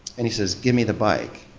and he says, give me the bike.